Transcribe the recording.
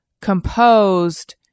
composed